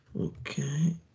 Okay